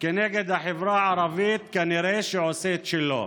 כנגד החברה הערבית כנראה עושה את שלו.